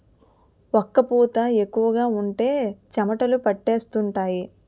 ఒక్క పూత ఎక్కువగా ఉంటే చెమటలు పట్టేస్తుంటాయి